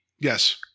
Yes